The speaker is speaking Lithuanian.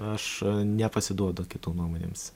aš nepasiduodu kitų nuomonėms